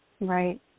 Right